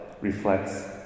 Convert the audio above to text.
reflects